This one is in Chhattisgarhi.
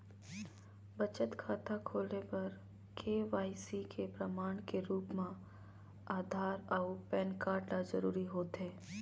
बचत खाता खोले बर के.वाइ.सी के प्रमाण के रूप म आधार अऊ पैन कार्ड ल जरूरी होथे